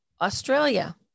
Australia